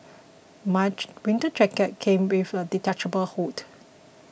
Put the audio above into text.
winter jacket came with a detachable hood